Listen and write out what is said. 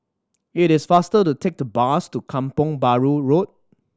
it is faster to take the bus to Kampong Bahru Road